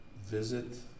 visit